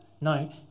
No